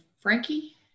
frankie